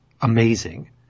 amazing